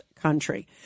country